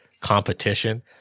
competition